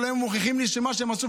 אבל היום הם מוכיחים לי שמה שהם עשו,